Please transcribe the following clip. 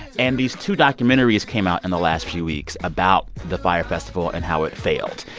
and these two documentaries came out in the last few weeks about the fyre festival and how it failed,